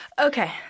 okay